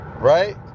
Right